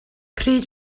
pryd